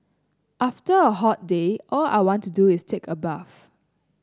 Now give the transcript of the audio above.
after a hot day all I want to do is take a bath